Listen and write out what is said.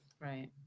Right